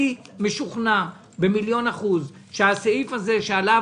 אני משוכנע במיליון אחוזים שבסעיף שעליו